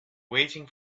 waiting